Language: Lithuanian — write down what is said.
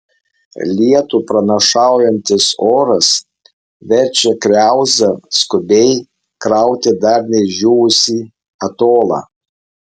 lietų pranašaujantis oras verčia kriauzą skubiai krauti dar neišdžiūvusį atolą